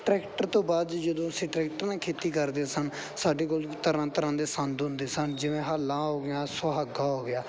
tractor ਤੋਂ ਬਾਅਦ ਜਦੋਂ ਅਸੀਂ ਟਰੈਕਟਰ ਨਾਲ ਖੇਤੀ ਕਰਦੇ ਸਨ ਸਾਡੇ ਕੋਲ ਤਰ੍ਹਾਂ ਤਰ੍ਹਾਂ ਦੇ ਸੰਦ ਹੁੰਦੇ ਸਨ ਜਿਵੇਂ ਹਾਲਾਂ ਹੋ ਗਈਆਂ ਸੁਹਾਗਾ ਹੋ ਗਿਆ